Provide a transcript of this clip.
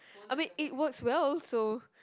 I mean it works well so